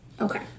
Okay